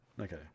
Okay